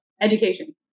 education